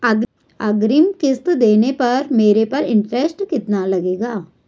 अग्रिम किश्त देने पर मेरे पर इंट्रेस्ट कितना लगेगा?